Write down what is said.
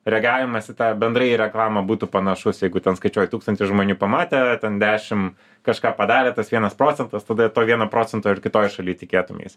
reagavimas į tą bendrai į reklamą būtų panašus jeigu ten skaičiuoji tūkstantis žmonių pamatė ten dešim kažką padarė tas vienas procentas tada ir to vieno procento ir kitoj šaly tikėtumeis